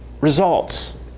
results